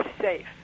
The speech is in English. safe